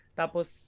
tapos